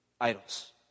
idols